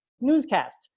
newscast